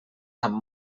amb